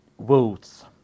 votes